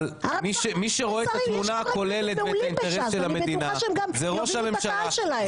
יש חבר'ה מעולים בש"ס ואני בטוחה שהם גם יודעים את הקהל שלהם.